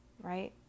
right